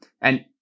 And-